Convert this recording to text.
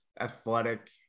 athletic